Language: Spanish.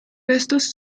restos